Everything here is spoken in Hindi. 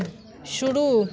शुरू